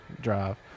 drive